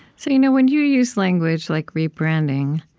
so you know when you use language like rebranding,